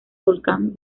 volcán